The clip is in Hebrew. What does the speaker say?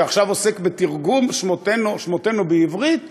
שעכשיו עוסק בתרגום שמותינו בעברית לערבית,